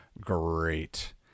great